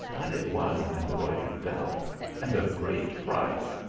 but it was an embroidered belt and of great price!